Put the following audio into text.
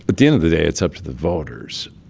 but the end of the day, it's up to the voters.